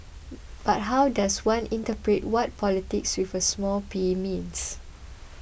but how does one interpret what politics with a small P means